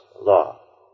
law